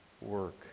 work